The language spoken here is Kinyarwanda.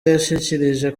yashyikirije